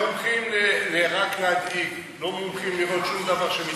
מי שירצה יוכל לראות סרטון שרץ ברשת,